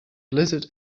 blizzard